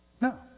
No